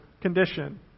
condition